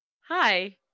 Hi